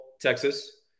Texas